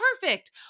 perfect